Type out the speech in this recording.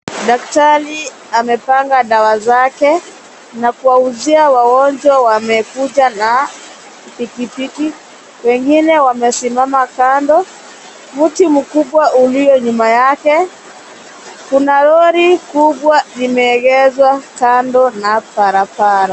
Daktari amepanga dawa zake na kuwauzia wagonjwa wamekuja na pikipiki ,wengine wamesimama kando ,mti mkubwa ulio nyuma yake, kuna lori kubwa limeegezwa kando na barabara.